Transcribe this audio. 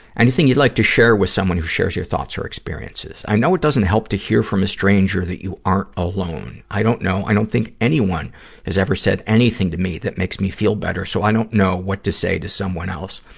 anything you'd like to share with someone who shares your thoughts or experiences? i know if doesn't help to hear from a stranger that you aren't alone. i don't know i don't think anyone has ever said anything to me that makes me feel better, so i don't know what to say to someone else.